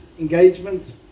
engagement